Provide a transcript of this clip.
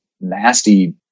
nasty